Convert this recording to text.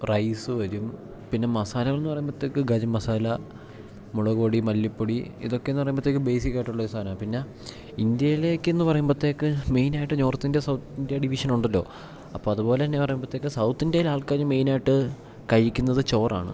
rice വരും പിന്നെ മസാലകൾ എന്ന് പറയുമ്പത്തേക്ക് ഗരം മസാല മുളക്പൊടി മല്ലിപ്പൊടി ഇതൊക്കേന്ന് പറയുമ്പത്തേക്ക് ബേസിക്കായിട്ട് ഉള്ള സാധനം പിന്നെ ഇന്ത്യേലേക്കെന്ന് പറയുമ്പത്തേക്ക് മെയ്നായ്ട്ട് നോർത്ത് ഇന്ത്യ സൗത്ത് ഇന്ത്യ ഡിവിഷനുണ്ടല്ലോ അപ്പം അതുപോലെ തന്നെ പറയുമ്പത്തേക്ക് സൗത്തിന്ത്യയിലാൾക്കാര് മെയിൻ ആയിട്ട് കഴിക്കുന്നത് ചോറാണ്